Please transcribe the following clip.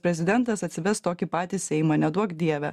prezidentas atsives tokį patį seimą neduok dieve